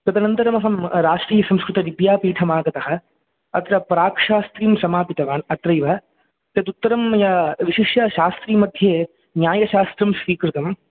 तदनन्रमहं राष्ट्रीयसंस्कृतविद्यापीठमागतः अत्र प्राक्शास्त्रीं समापितवान् अत्रैव तदुत्तरं मया विशिष्य शास्त्री मध्ये न्यायशास्त्रं स्वीकृतं